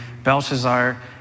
Belshazzar